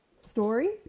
story